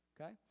Okay